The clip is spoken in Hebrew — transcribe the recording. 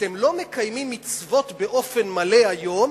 אתם לא מקיימים מצוות באופן מלא היום,